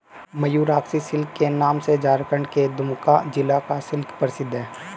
Mayurakshi silk के नाम से झारखण्ड के दुमका जिला का सिल्क प्रसिद्ध है